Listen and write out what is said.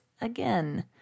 again